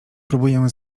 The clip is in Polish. próbuję